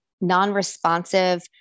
non-responsive